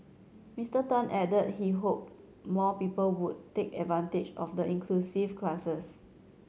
Mister Tan added that he hoped more people would take advantage of the inclusive classes